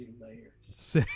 layers